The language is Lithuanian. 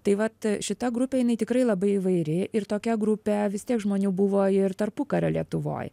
tai vat šita grupė jinai tikrai labai įvairi ir tokia grupė vis tiek žmonių buvo ir tarpukario lietuvoj